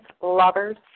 Lovers